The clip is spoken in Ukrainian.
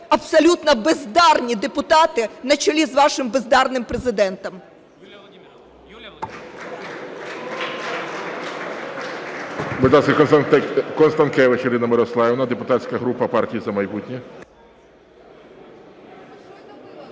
абсолютно бездарні депутати на чолі з вашим бездарним Президентом.